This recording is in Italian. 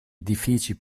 edifici